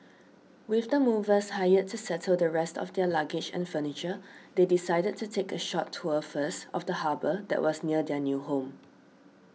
with the movers hired to settle the rest of their luggage and furniture they decided to take a short tour first of the harbour that was near their new home